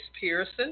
Pearson